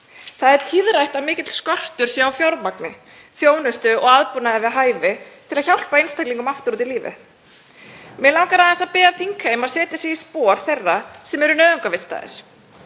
Það er vitað að mikill skortur er á fjármagni, þjónustu og aðbúnaði við hæfi til að hjálpa einstaklingum aftur út í lífið. Mig langar aðeins að biðja þingheim að setja sig í spor þeirra sem eru nauðungarvistaðir,